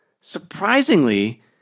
Surprisingly